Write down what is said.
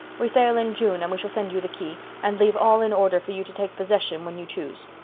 we sail in june and we shall send you the key, and leave all in order for you to take possession when you choose.